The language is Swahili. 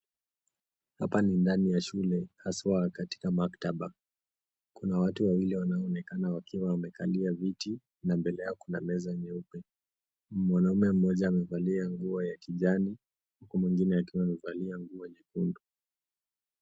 Hapa ni ndani ya shule, haswa katika maktaba, kuna watu wawili wanaonekana wakiwa wamekalia viti, na mbele yao kuna meza nyeupe. Mwanaume mmoja amevalia nguo ya kijani, huku mwingine akiwa amevalia nguo nyekundu.